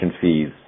fees